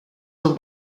zum